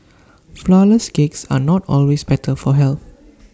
Flourless Cakes are not always better for health